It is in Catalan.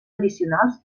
addicionals